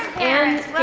and,